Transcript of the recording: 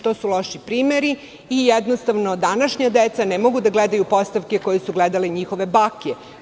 To su loši primeri i današnja deca ne mogu da gledajupostavke koje su gledale njihove bake.